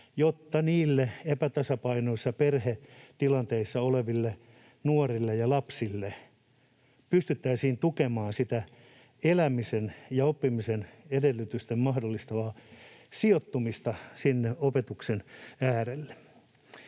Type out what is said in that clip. jotta epätasapainoisissa perhetilanteissa oleville nuorille ja lapsille pystyttäisiin tukemaan elämisen ja oppimisen edellytykset mahdollistavaa sijoittumista opetuksen äärelle.